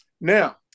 now